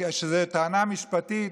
שזו טענה משפטית,